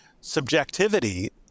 subjectivity